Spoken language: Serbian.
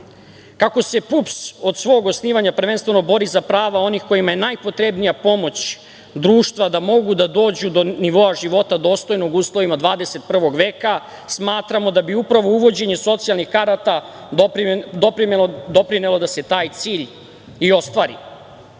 se PUPS od svog osnivanja prvenstveno bori za prava onih kojima je najpotrebnija pomoć društva da mogu da dođu do nivoa života dostojnog uslovima 21. veka, smatramo da bi upravo uvođenje socijalnih karata doprinelo da se taj cilj i ostvari. Po